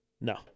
No